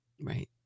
Right